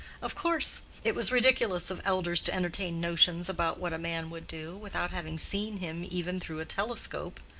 of course! it was ridiculous of elders to entertain notions about what a man would do, without having seen him even through a telescope.